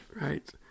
Right